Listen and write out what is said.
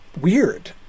weird